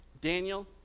Daniel